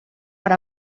per